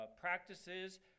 Practices